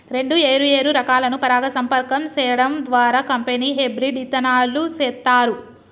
రెండు ఏరు ఏరు రకాలను పరాగ సంపర్కం సేయడం ద్వారా కంపెనీ హెబ్రిడ్ ఇత్తనాలు సేత్తారు